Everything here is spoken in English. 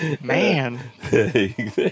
Man